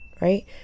right